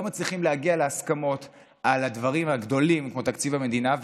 לא מצליחים להגיע להסכמות על הדברים הגדולים כמו תקציב המדינה,